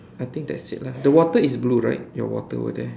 I think that's it lah the water is blue right your water over there